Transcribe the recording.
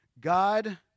God